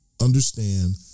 understand